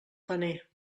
paner